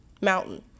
mountain